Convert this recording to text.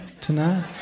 tonight